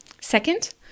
Second